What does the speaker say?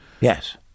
Yes